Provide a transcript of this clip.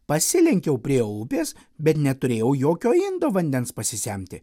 pasilenkiau prie upės bet neturėjau jokio indo vandens pasisemti